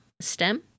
stem